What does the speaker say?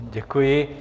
Děkuji.